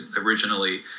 originally